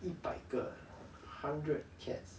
一百个 hundred cats